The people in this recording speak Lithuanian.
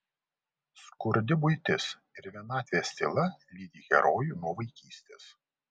skurdi buitis ir vienatvės tyla lydi herojų nuo vaikystės